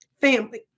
family